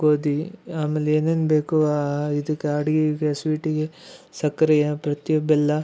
ಗೋದಿ ಆಮೇಲೆ ಏನೇನು ಬೇಕು ಆ ಇದಕ್ಕೆ ಆ ಅಡುಗೆಗ ಸ್ವೀಟ್ಗೆ ಸಕ್ಕರೆಯ ಪ್ರತಿ ಬೆಲ್ಲ